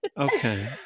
Okay